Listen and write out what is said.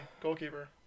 goalkeeper